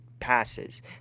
passes